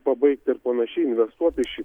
pabaigti ir pa našiai investuoti į šį